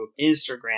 Instagram